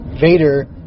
Vader